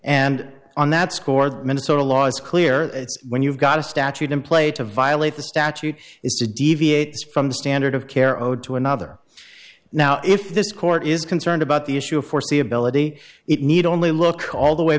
and on that score the minnesota law is clear when you've got a statute in play to violate the statute is to deviate from the standard of care owed to another now if this court is concerned about the issue of foreseeability it need only look all the way